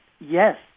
yes